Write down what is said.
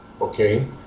okay